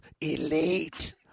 Elite